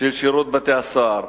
של שירות בתי-הסוהר.